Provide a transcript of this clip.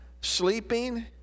sleeping